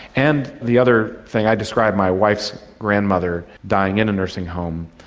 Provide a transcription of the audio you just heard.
and the other thing, i describe my wife's grandmother dying in a nursing home.